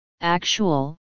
actual